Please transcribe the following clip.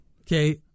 Okay